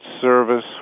service